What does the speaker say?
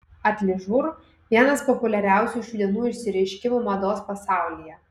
atližur vienas populiariausių šių dienų išsireiškimų mados pasaulyje